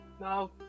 now